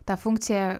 tą funkciją